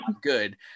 good